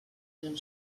eren